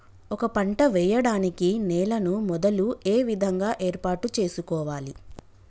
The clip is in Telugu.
ఒక పంట వెయ్యడానికి నేలను మొదలు ఏ విధంగా ఏర్పాటు చేసుకోవాలి?